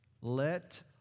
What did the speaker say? Let